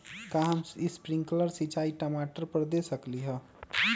का हम स्प्रिंकल सिंचाई टमाटर पर दे सकली ह?